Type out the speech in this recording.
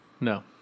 No